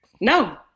No